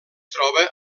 troba